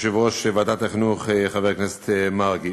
יושב-ראש ועדת החינוך, חבר הכנסת מרגי,